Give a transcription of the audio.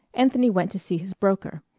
anthony went to see his broker.